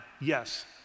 yes